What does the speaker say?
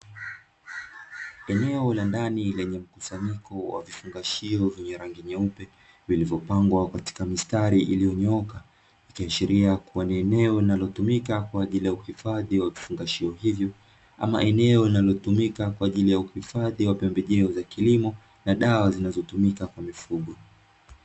Eneo la ndani lenye mkusanyiko wa vifungashio vyenye rangi nyeupe, vilivyopangwa katika mistari iliyonyooka, ikiashiria kuwa ni eneo linalotumika kwa ajili ya uhifadhi wa vifungashio hivyo, ama eneo linalotumika kwa ajili ya uhifadhi wa pembejeo za kilimo, na dawa zinazotumika kwa mifugo.